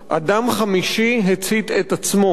אדם חמישי הצית את עצמו.